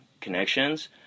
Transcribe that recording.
connections